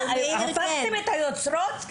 מה, הפכתם את היוצרות?